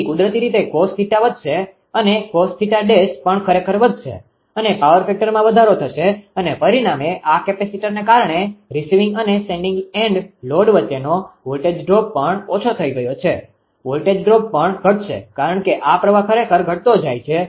તેથી કુદરતી રીતે cos𝜃 વધશે અને cos𝜃′ પણ ખરેખર વધશે અને પાવર ફેક્ટરમાં વધારો થશે અને પરિણામે આ કેપેસિટરને કારણે રિસીવિંગ અને સેન્ડીંગ એન્ડ લોડ વચ્ચેનો વોલ્ટેજ ડ્રોપ પણ ઓછો થઈ ગયો છે વોલ્ટેજ ડ્રોપ પણ ઘટશે કારણ કે આ પ્રવાહ ખરેખર ઘટતો જાય છે